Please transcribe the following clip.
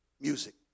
music